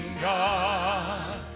God